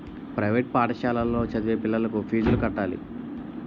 private పాఠశాలలో చదివే పిల్లలకు ఫీజులు కట్టాలి